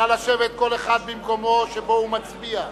נא לשבת, כל אחד במקומו שבו הוא מצביע,